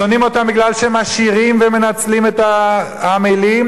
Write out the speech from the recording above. שונאים כי הם עשירים ומנצלים את העמלים,